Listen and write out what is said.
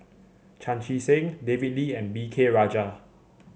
Chan Chee Seng David Lee and V K Rajah